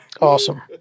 awesome